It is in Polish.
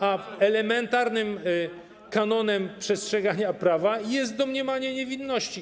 A elementarnym kanonem przestrzegania prawa jest domniemanie niewinności.